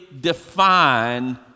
define